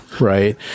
right